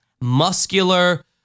muscular